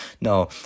No